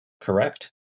correct